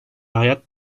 hayat